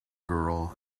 girl